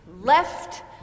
left